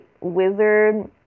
wizard